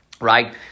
right